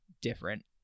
different